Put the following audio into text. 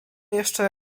jeszcze